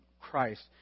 Christ